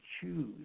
choose